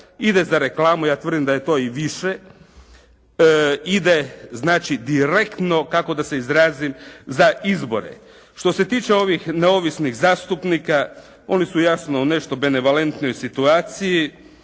ide za reklamu. Ja tvrdim da je to i više ide znači direktno kako da se izrazim za izbore. Što se tiče ovih neovisnih zastupnika oni su jasno u nešto benevalentnijoj situaciji.